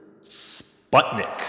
Sputnik